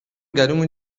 گلومو